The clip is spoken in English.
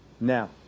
Now